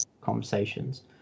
conversations